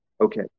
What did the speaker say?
Okay